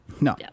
no